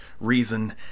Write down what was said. reason